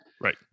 right